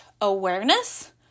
awareness